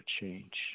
change